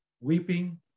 weeping